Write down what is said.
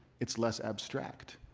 it's less abstract.